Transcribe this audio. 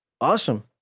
Awesome